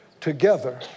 together